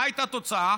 מה הייתה התוצאה?